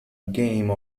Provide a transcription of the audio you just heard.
game